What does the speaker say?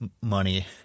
money